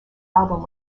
album